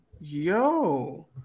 Yo